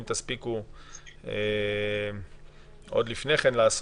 אם תספיקו עוד לפני כן לעשות...